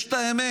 יש את האמת.